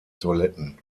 toiletten